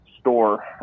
store